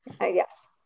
Yes